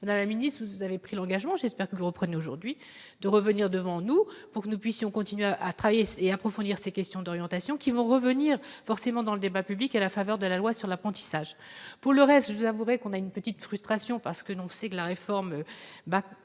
bons, la minute, vous avez pris l'engagement, j'espère que vous reprenez aujourd'hui de revenir devant nous pour que nous puissions continuer à travailler et approfondir ces questions d'orientations qui vont revenir forcément dans le débat public à la faveur de la loi sur l'apprentissage, pour le reste vous avouerai qu'on a une petite frustration parce que l'on sait que la réforme